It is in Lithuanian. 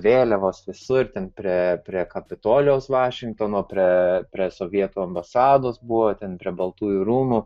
vėliavos visur ten priėję prie kapitolijaus vašingtono priėjo prie sovietų ambasados buvo ten prie baltųjų rūmų